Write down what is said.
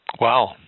Wow